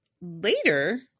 later